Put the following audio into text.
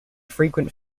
frequent